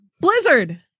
Blizzard